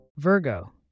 Virgo